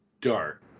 dark